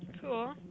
Cool